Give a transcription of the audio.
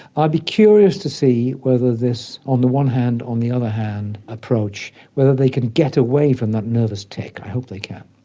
i'll be curious to see whether this one the one hand, on the other hand' approach, whether they can get away from that nervous tic. i hope they can.